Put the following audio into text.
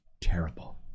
terrible